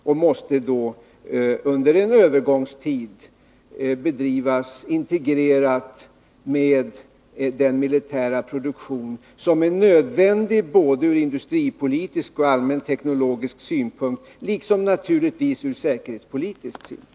Det måste då under en övergångstid bedrivas integrerat med den militära produktion som är nödvändig från både industripolitisk och allmän teknologisk synpunkt och naturligtvis från säkerhetspolitisk synpunkt.